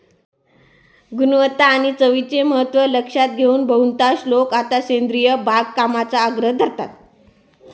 गुणवत्ता आणि चवीचे महत्त्व लक्षात घेऊन बहुतांश लोक आता सेंद्रिय बागकामाचा आग्रह धरतात